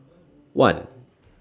one